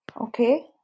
okay